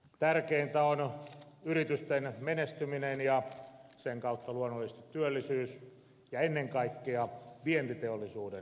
tärkeintä on yritysten menestyminen ja sen kautta luonnollisesti työllisyys ja ennen kaikkea vientiteollisuuden menestyminen